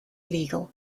legal